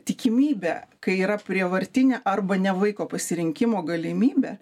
tikimybė kai yra prievartinė arba ne vaiko pasirinkimo galimybė